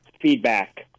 feedback